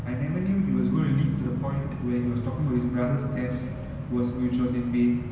I never knew he was going to lead to the point where he was talking about his brother's death was which was explained